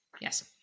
yes